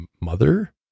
mother